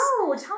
No